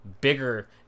bigger